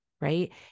right